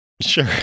Sure